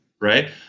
right